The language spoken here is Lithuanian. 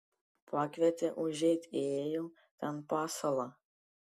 pakvietė užeit įėjau ten pasala